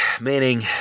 meaning